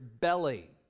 belly